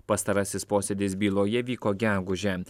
pastarasis posėdis byloje vyko gegužę